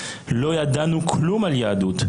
לא ידענו כלום על יהדות,